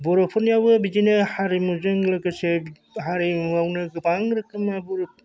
बर'फोरनियावबो बिदिनो हारिमुजों लोगोसे हारिमुआवनो गोबां रोखोमबो